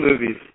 movies